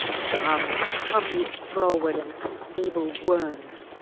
come, come, you froward and unable worms!